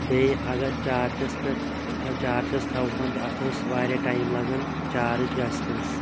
بیٚیہِ اَگَر چارجَس پٮ۪ٹھ تھَو چارجَس تھَوہون اَتھ ٲسۍ وارِیاہ ٹایِم لَگَان چارج گَژھنَس